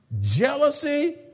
Jealousy